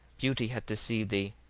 beauty hath deceived thee,